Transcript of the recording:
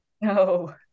no